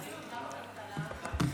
ועדת בריאות.